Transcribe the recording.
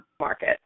market